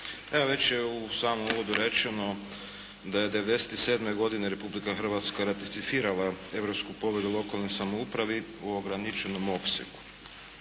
Evo već je u samom uvodu rečeno da je 97. godine Republika Hrvatska ratificirala Europsku povelju o lokalnoj samoupravi u ograničenom opsegu.